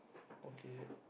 okay